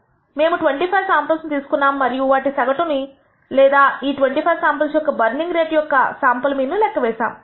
మేము 25 శాంపుల్స్ తీసుకున్నాము మేము వాటి సగటును లేదా ఈ 25 శాంపుల్స్ యొక్క బర్నింగ్ రేట్ యొక్క శాంపుల్ మీన్ లెక్క వేసాము